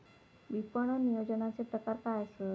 विपणन नियोजनाचे प्रकार काय आसत?